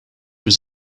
was